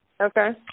Okay